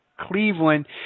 Cleveland